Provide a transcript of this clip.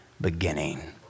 beginning